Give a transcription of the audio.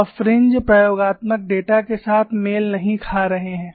और फ्रिंज प्रयोगात्मक डेटा के साथ मेल नहीं खा रहे हैं